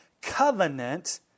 covenant